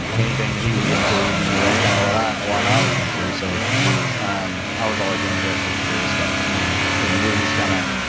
anything that he was into, you know that's kind of what i what i was into so um i was always interested and curious about, you know you know we were just kind of,